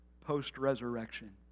post-resurrection